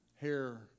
hair